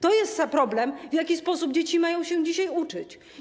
To jest problem: w jaki sposób dzieci mają się dzisiaj uczyć.